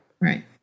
Right